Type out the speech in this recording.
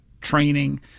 training